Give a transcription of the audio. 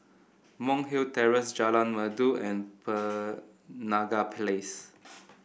Monk's Hill Terrace Jalan Merdu and Penaga Place